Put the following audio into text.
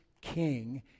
King